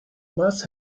must